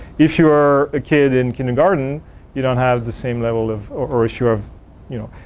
if you're a kid in kindergarten you don't have the same level of or sure of you know.